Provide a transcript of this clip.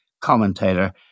commentator